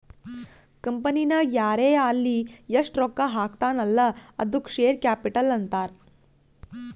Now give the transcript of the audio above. ಕಂಪನಿನಾಗ್ ಯಾರೇ ಆಲ್ಲಿ ಎಸ್ಟ್ ರೊಕ್ಕಾ ಹಾಕ್ತಾನ ಅಲ್ಲಾ ಅದ್ದುಕ ಶೇರ್ ಕ್ಯಾಪಿಟಲ್ ಅಂತಾರ್